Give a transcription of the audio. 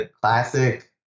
classic